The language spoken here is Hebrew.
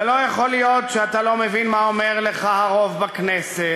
ולא יכול להיות שאתה לא מבין מה אומר לך הרוב בכנסת,